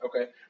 Okay